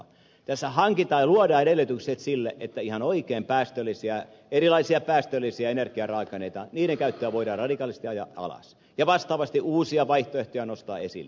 tässä hankitaan ja luodaan edellytykset sille että ihan oikein erilaisten päästöllisten energiaraaka aineiden käyttöä voidaan radikaalisti ajaa alas ja vastaavasti uusia vaihtoehtoja nostaa esille